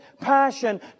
passion